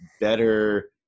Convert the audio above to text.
better